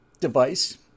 device